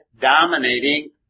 dominating